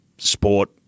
sport